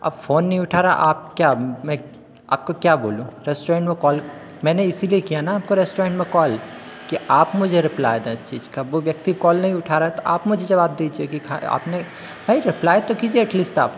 आप फ़ोन नहीं उठा रहे हैं आप क्या मैं आपको क्या बोलूँ रेस्टोरेन्ट में कॉल मैंने इसीलिए किया ना आपके रेस्टोरेन्ट में कॉल का आप मुझे रिप्लाई दें इस चीज़ का वह व्यक्ति कॉल नहीं उठा रहा है तो आप मुझे जवाब दीजिए कि आपने भाई रिप्लाई तो कीजिए एटलिस्ट आप